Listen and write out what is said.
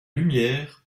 lumière